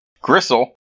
Gristle